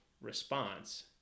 response